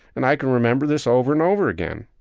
and i can remember this over and over again.